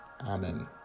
Amen